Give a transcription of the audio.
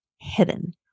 hidden